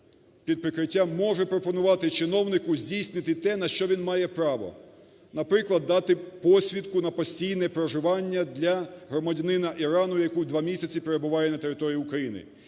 під прикриттям може пропонувати чиновнику здійснити те, на що він має право. Наприклад, дати посвідку на постійне проживання для громадянина Ірану, який 2 місяці перебуває на території України.